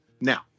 Now